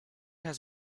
has